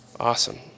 awesome